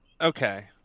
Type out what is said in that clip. Okay